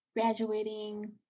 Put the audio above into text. graduating